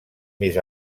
més